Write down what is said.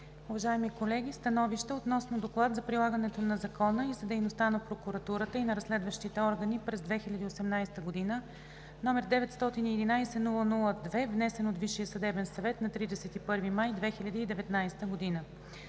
Уважаеми колеги! „СТАНОВИЩЕ относно Доклад за прилагането на закона и за дейността на Прокуратурата и на разследващите органи през 2018 г., № 911-00-2, внесен от Висшия съдебен съвет на 31 май 2019 г.